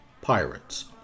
Pirates